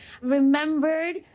remembered